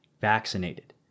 vaccinated